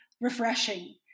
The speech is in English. refreshing